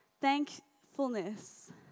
Thankfulness